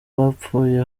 bapfuye